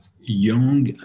young